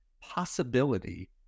possibility